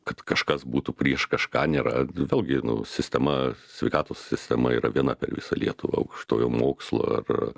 kad kažkas būtų prieš kažką nėra vėlgi nu sistema sveikatos sistema yra viena per visą lietuvą aukštojo mokslo ar